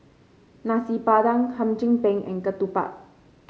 Nasi Padang Hum Chim Peng and ketupat